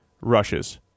rushes